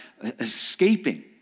escaping